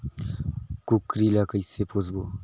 कूकरी ला कइसे पोसबो?